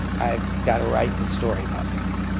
i've got to write the story about this.